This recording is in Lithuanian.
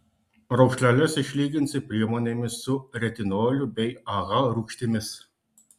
raukšleles išlyginsi priemonėmis su retinoliu bei aha rūgštimis